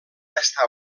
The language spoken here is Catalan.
estar